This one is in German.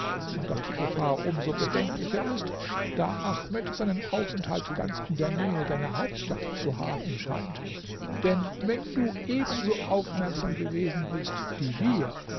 und daß die gefahr um so bedenklicher ist da ahmed seinen aufenthalt ganz in der nähe deiner hauptstadt zu haben scheint denn wenn du ebenso aufmerksam gewesen bist wie wir